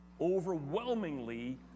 overwhelmingly